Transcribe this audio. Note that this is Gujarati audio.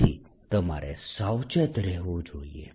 તેથી તમારે સાવચેત રહેવું જોઈએ